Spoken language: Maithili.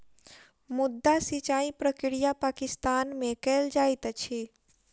माद्दा सिचाई प्रक्रिया पाकिस्तान में कयल जाइत अछि